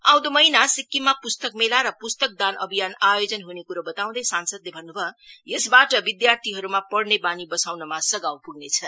आउँदो महिना सिक्किममा पुस्तक मेला र पुस्तक दान अभियान आयोजन हुने कुरो बताउँदै सांसदले भन्नुभयो यसबाट विध्यार्थीहरूमा पढ़ने बानी बसाउनमा सघाउ पुग्नेछ